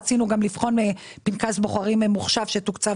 רצינו גם לבחון פנקס בוחרים ממוחשב שתוקצב